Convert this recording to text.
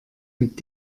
mit